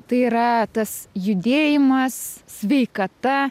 tai yra tas judėjimas sveikata